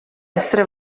essere